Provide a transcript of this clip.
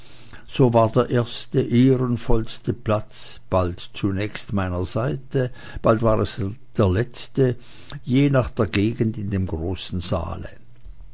so war der erste ehrenvollste platz bald zunächst meiner seite bald war es der letzte je nach der gegend in dem grollen saale